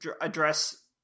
address